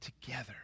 together